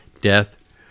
Death